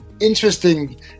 interesting